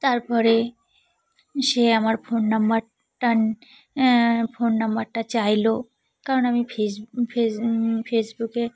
তার পরে সে আমার ফোন নাম্বারটা ফোন নাম্বারটা চাইল কারণ আমি ফেস ফেস ফেসবুকে